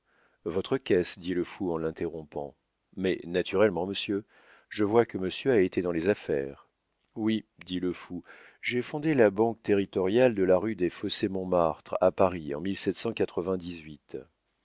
votre votre caisse dit le fou en l'interrompant mais naturellement monsieur je vois que monsieur a été dans les affaires oui dit le fou j'ai fondé la banque territoriale de la rue des fossés montmartre à paris en